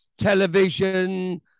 television